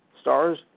Stars